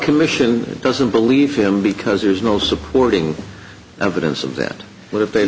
commission doesn't believe him because there's no supporting evidence of that but if they